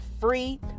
free